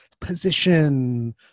position